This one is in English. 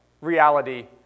reality